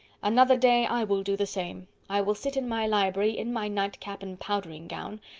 another day i will do the same i will sit in my library, in my nightcap and powdering gown,